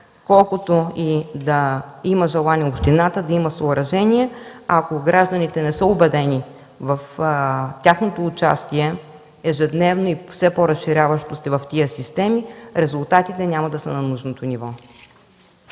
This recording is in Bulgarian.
колкото и да има желание общината за това съоръжение, ако гражданите не са убедени в своето ежедневно и все по-разширяващо се участие в тези системи, резултатите няма да са на нужното ниво.